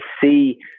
see